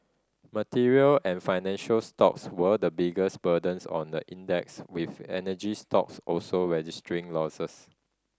material and financial stocks were the biggest burdens on the index with energy stocks also registering losses